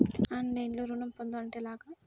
ఆన్లైన్లో ఋణం పొందాలంటే ఎలాగా?